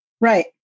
Right